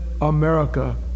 America